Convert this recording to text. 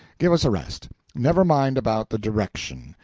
give us a rest never mind about the direction,